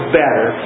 better